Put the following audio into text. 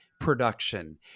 production